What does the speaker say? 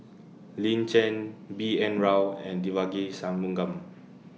Lin Chen B N Rao and Devagi Sanmugam